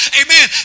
amen